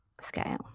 Scale